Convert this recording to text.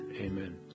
amen